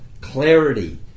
clarity